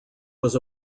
was